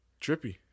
Trippy